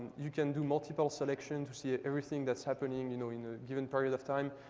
you can do multiple selections to see everything that's happening, you know, in a given period of time.